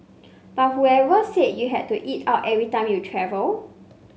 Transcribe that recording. but whoever said you had to eat out every time you travel